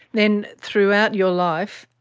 then throughout your life,